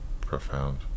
profound